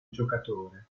giocatore